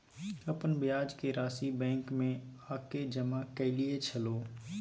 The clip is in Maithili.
अपन ब्याज के राशि बैंक में आ के जमा कैलियै छलौं?